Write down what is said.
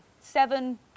seven